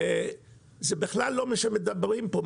זה בכלל לא מה שמדובר פה.